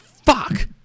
Fuck